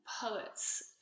poets